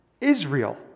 Israel